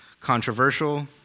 controversial